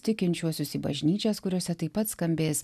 tikinčiuosius į bažnyčias kuriose taip pat skambės